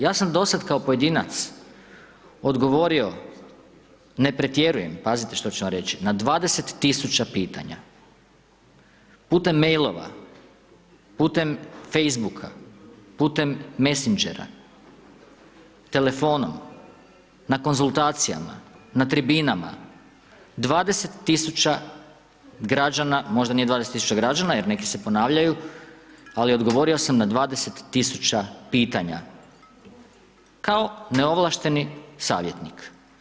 Ja sam do sad kao pojedinac odgovorio, ne pretjerujem, pazite što ću vam reći, na 20 tisuća pitanja putem mailova, putem facebooka, putem messengera telefona, na konzultacijama, na tribinama, 20 tisuća građana možda nije 20 tisuća građana, jer neki se ponavljaju, ali odgovorio sam na 20 tisuća pitanja, kao neovlašteni savjetnik.